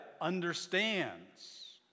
understands